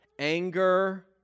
Anger